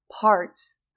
parts